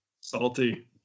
Salty